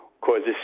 causes